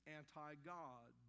anti-God